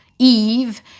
Eve